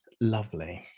lovely